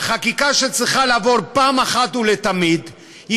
והחקיקה שצריכה לעבור פעם אחת ולתמיד היא